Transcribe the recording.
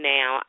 Now